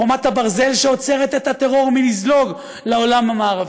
חומת הברזל שעוצרת את הטרור מלזלוג לעולם המערבי,